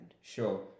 Sure